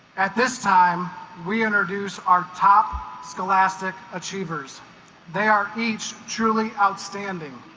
at this time we introduce our top scholastic achievers they are each truly outstanding